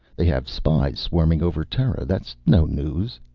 they have spies swarming over terra. that's no news.